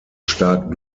stark